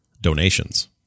donations